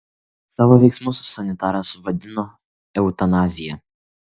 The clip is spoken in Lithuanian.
savo veiksmus sanitaras vadino eutanazija